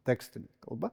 tekstinė kalba